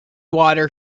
water